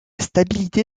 stabilité